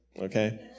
Okay